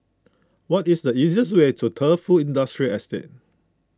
what is the easiest way to Defu Industrial Estate